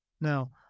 Now